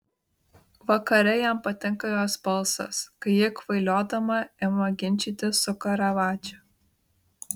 vakare jam patinka jos balsas kai ji kvailiodama ima ginčytis su karavadžu